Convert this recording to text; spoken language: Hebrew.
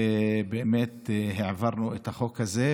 ובאמת העברנו את החוק הזה,